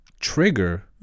trigger